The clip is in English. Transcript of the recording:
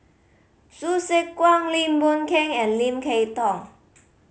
Hsu Tse Kwang Lim Boon Keng and Lim Kay Tong